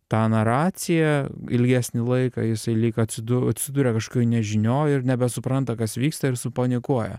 tą naraciją ilgesnį laiką jisai lyg atsidu atsiduria kažkokioj nežinioj ir nebesupranta kas vyksta ir supanikuoja